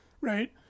Right